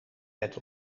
bed